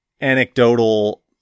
anecdotal